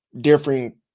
different